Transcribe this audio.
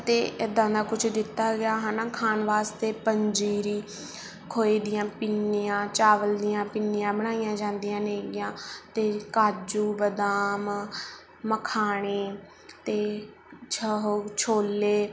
ਅਤੇ ਇੱਦਾਂ ਨਾ ਕੁਛ ਦਿੱਤਾ ਗਿਆ ਹੈ ਨਾ ਖਾਣ ਵਾਸਤੇ ਪੰਜੀਰੀ ਖੋਏ ਦੀਆਂ ਪਿੰਨੀਆਂ ਚਾਵਲ ਦੀਆਂ ਪਿੰਨੀਆਂ ਬਣਾਈਆਂ ਜਾਂਦੀਆਂ ਨੇ ਗੀਆਂ ਅਤੇ ਕਾਜੂ ਬਦਾਮ ਮਖਾਣੇ ਅਤੇ ਛ ਹੋ ਛੋਲੇ